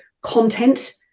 content